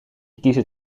kiezen